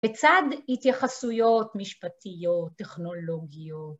בצד התייחסויות משפטיות, טכנולוגיות.